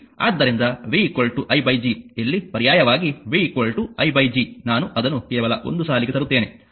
ಆದ್ದರಿಂದ v i G ಇಲ್ಲಿ ಪರ್ಯಾಯವಾಗಿ v i G ನಾನು ಅದನ್ನು ಕೇವಲ ಒಂದು ಸಾಲಿಗೆ ತರುತ್ತೇನೆ